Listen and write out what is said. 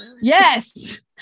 Yes